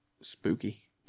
Spooky